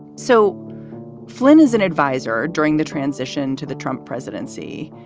so flynn is an adviser during the transition to the trump presidency.